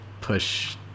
push